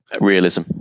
Realism